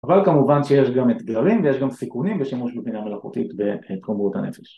‫אבל כמובן שיש גם אתגרים ‫ויש גם סיכונים בשימוש בבינה מלאכותית ‫בתחום בריאות הנפש.